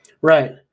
Right